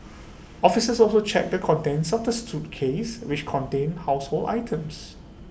officers also checked the contents of the suitcase which contained household items